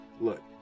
look